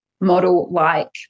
model-like